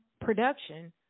production